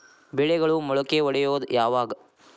ಬೆಳೆಗಳು ಮೊಳಕೆ ಒಡಿಯೋದ್ ಯಾವಾಗ್?